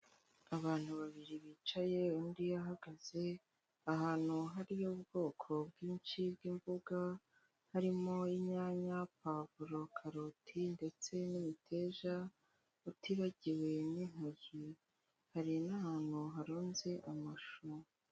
Abantu babiri bicaye, undi ahagaze ahantu hari ubwoko bwinshi bw'imboga, harimo inyanya, pavuro, karoti ndetse n'imiteja, utibagiwe n'intoryi, hari n'ahantu harunze amashu.